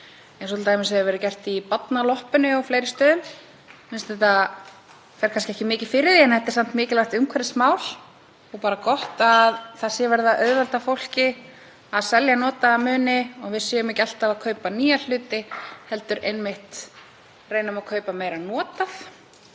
eins og t.d. hefur verið gert í Barnaloppunni og á fleiri stöðum. Það fer kannski ekki mikið fyrir þessu en þetta er samt mikilvægt umhverfismál og gott að verið sé að auðvelda fólki að selja notaða muni og við séum ekki alltaf að kaupa nýja hluti heldur reynum einmitt að kaupa meira notað.